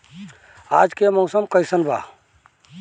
आज के मौसम कइसन बा?